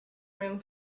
room